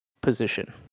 position